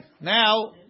Now